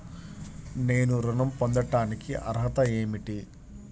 నేను ఋణం పొందటానికి అర్హత ఏమిటి?